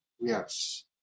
Yes